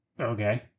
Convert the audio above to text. okay